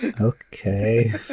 Okay